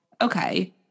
okay